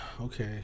okay